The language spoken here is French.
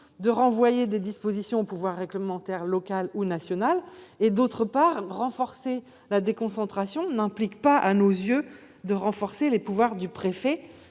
de renvoyer des dispositions au pouvoir réglementaire local ou national. D'autre part, renforcer la déconcentration n'implique pas, à nos yeux, de renforcer les pouvoirs du préfet.